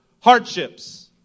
hardships